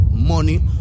Money